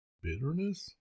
bitterness